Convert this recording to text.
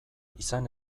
izan